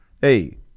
Hey